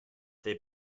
they